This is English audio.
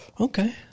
Okay